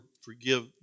forgive